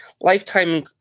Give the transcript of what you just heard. Lifetime